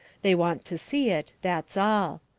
they want to see it, that's all.